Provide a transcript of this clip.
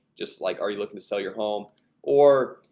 just like are you looking to sell your home or?